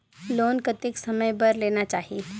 Loan कतेक समय बर लेना चाही?